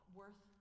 worth